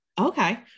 Okay